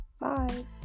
bye